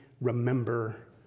remember